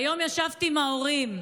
היום ישבתי עם ההורים,